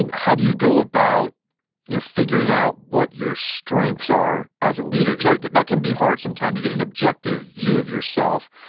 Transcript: and how do you go about figuring out what your strengths are as a leader? because that can be hard, sometime, to get an objective view of yourself.